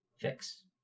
fix